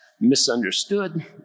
misunderstood